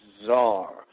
bizarre